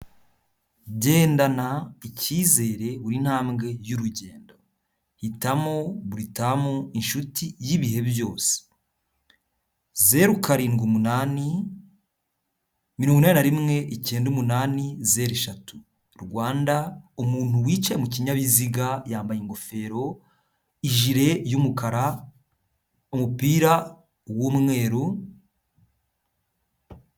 Gendana icyizere buri ntambwe y'urugendo, hitamo buritamu inshuti y'ibihe byose. Zeru, karindwi umunani, mirongo inani na rimwe, icyenda umunani, zeru eshatu Rwanda, umuntu wicaye mu kinyabiziga yambaye ingofero, ijire y'umukara, umupira w'umweru...